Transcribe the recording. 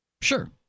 Sure